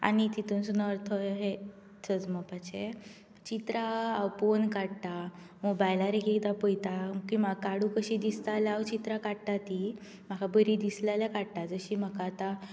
आनी तितूंत एक खोल अर्थ सजमपाचें चित्रां हांव पळोवन काडटां मोबायलार एक एकदां पळयतां तीं म्हाका काडूं कशीं दिसता जाल्यार हांव चित्रां काडटां तीं म्हाका बरीं दिसलीं जाल्यार हांव काडटां जशीं म्हाका आतां